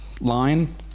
line